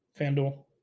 FanDuel